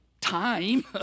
time